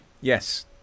yes